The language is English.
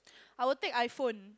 I will take iPhone